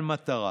מטרה.